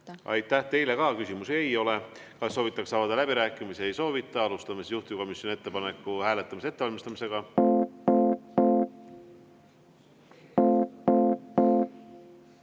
Aitäh! Teile ka küsimusi ei ole. Kas soovitakse avada läbirääkimisi? Ei soovita. Alustame siis juhtivkomisjoni ettepaneku hääletamise ettevalmistamist.